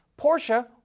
Porsche